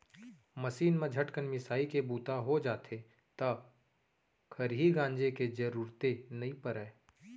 machine म झटकन मिंसाइ के बूता हो जाथे त खरही गांजे के जरूरते नइ परय